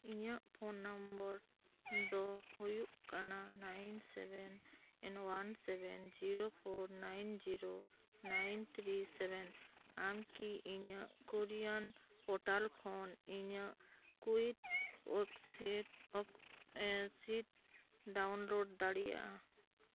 ᱤᱧᱟᱹᱜ phone number ᱫᱚ ᱦᱳᱭᱳᱜ ᱠᱟᱱᱟ nine seven one seven zero four nine zero nine three seven ᱟᱢ ᱠᱤ ᱤᱧᱟᱹᱜ ᱠᱚᱨᱤᱭᱟᱱ ᱯᱳᱨᱴᱟᱞ ᱠᱷᱚᱱ ᱤᱧᱟᱹᱜ ᱠᱩᱭᱤᱠ ᱚᱠᱥᱤ ᱚᱯᱷ ᱮᱥᱤᱴ ᱰᱟᱣᱩᱱᱞᱳᱰ ᱫᱟᱲᱮᱭᱟᱜᱼᱟ